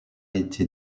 été